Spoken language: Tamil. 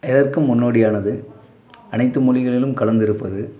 எதற்கும் முன்னோடியானது அனைத்து மொழிகளிலும் கலந்திருப்பது